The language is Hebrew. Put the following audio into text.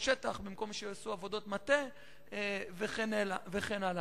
שטח במקום שיעשו עבודות מטה וכן הלאה.